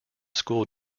school